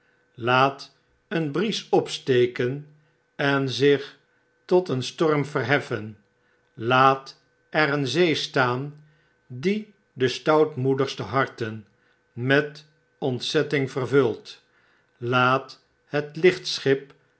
laat een bries opsteken en zich tot een storm verheffen laat er een zee staan die de stoutmoedigste harten met ontzetting vervult laat het